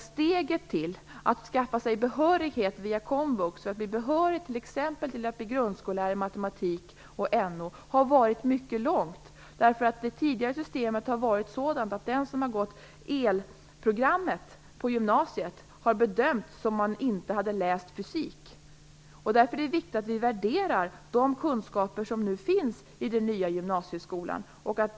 Steget till att skaffa sig behörighet via komvux till att bli grundskollärare i matematik och NO har tidigare varit mycket långt. Det systemet har varit sådant att den som t.ex. har genomgått elprogrammet på gymnasiet har bedömts som att man inte har läst fysik. Därför är det viktigt att de kunskaper som nu finns i den nya gymnasieskolan värderas.